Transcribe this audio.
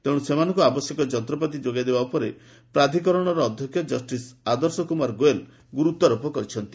ତେଣୁ ସେମାନଙ୍କୁ ଆବଶ୍ୟକୀୟ ଯନ୍ତ୍ରପାତି ଯୋଗାଇ ଦେବା ଉପରେ ପ୍ରାଧିକରଣର ଅଧ୍ୟକ୍ଷ ଜଷ୍ଟିସ୍ ଆଦର୍ଶକୁମାର ଗୋଏଲ୍ ଗୁରୁତ୍ୱାରୋପ କରିଛନ୍ତି